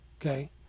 okay